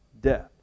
death